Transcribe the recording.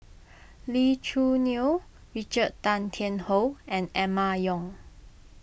Lee Choo Neo Richard Tan Tian Hoe and Emma Yong